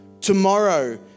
Tomorrow